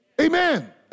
Amen